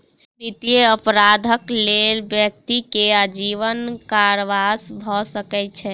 वित्तीय अपराधक लेल व्यक्ति के आजीवन कारावास भ सकै छै